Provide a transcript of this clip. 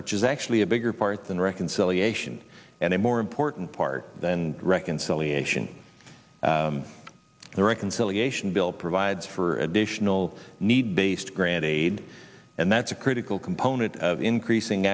which is actually a bigger part than reconciliation and a more important part than reconciliation the reconciliation bill provides for additional need based grant aid and that's a critical component of increasing